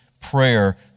prayer